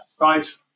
Right